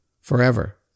forever